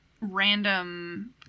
random